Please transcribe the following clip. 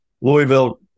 Louisville